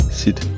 sit